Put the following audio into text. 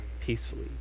peacefully